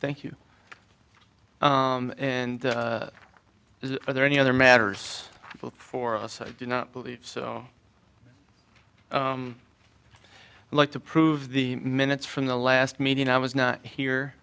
thank you and are there any other matters for us i do not believe so like to prove the minutes from the last meeting i was not here